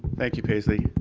thank you paisley,